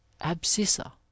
abscissa